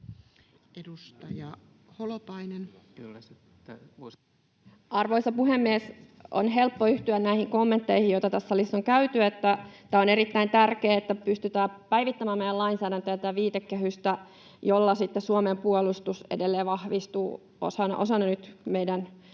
Arvoisa puhemies! On helppo yhtyä näihin kommentteihin, joita tässä salissa on tehty, että on erittäin tärkeää, että pystytään päivittämään meidän lainsäädäntöä ja tätä viitekehystä, jolla sitten Suomen puolustus edelleen nyt vahvistuu osana meidän jäsenyyttä